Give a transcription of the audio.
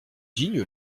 digne